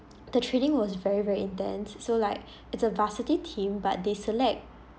the training was very very intense so like it's a varsity team but they select